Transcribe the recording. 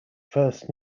first